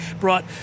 brought